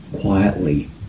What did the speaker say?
quietly